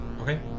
Okay